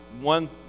one